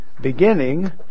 beginning